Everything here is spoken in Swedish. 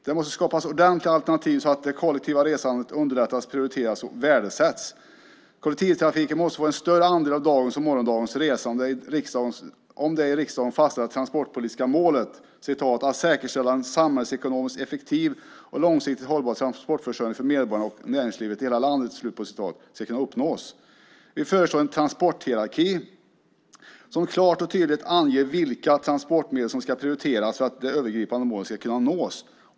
Det måste skapas ordentliga alternativ så att det kollektiva resandet underlättas, prioriteras och värdesätts. Kollektivtrafiken måste få en större andel av dagens och morgondagens resande för att det av riksdagen fastställda transportpolitiska målet "att säkerställa en samhällsekonomiskt effektiv och långsiktigt hållbar transportförsörjning för medborgarna och näringslivet i hela landet" ska kunna uppnås. Vi föreslår en transporthierarki där det klart och tydligt anges vilka transportmedel som ska prioriteras för att det övergripande målet ska kunna nås.